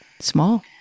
Small